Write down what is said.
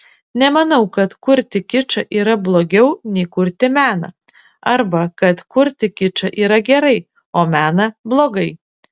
nemanau kad kurti kičą yra blogiau nei kurti meną arba kad kurti kičą yra gerai o meną blogai